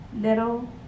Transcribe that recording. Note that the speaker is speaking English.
little